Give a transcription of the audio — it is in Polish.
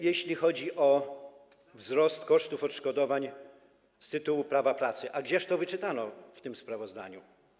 Jeśli chodzi o wzrost kosztów odszkodowań z tytułu prawa pracy, to gdzież to wyczytano w tym sprawozdaniu?